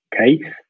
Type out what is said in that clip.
okay